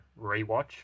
rewatch